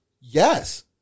yes